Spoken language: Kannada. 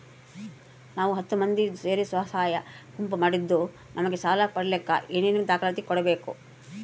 ನಾವು ಹತ್ತು ಮಂದಿ ಸೇರಿ ಸ್ವಸಹಾಯ ಗುಂಪು ಮಾಡಿದ್ದೂ ನಮಗೆ ಸಾಲ ಪಡೇಲಿಕ್ಕ ಏನೇನು ದಾಖಲಾತಿ ಕೊಡ್ಬೇಕು?